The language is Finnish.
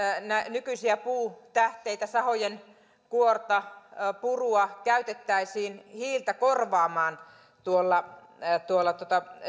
nykyisiä puutähteitä sahojen kuorta purua käytettäisiin hiiltä korvaamaan tuolla